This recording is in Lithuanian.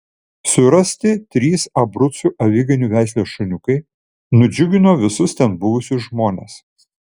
surasti trys abrucų aviganių veislės šuniukai nudžiugino visus ten buvusius žmones